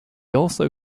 also